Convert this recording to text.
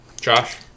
Josh